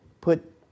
put